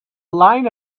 line